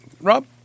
Rob